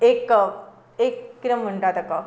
एक एक कितें म्हणटा ताका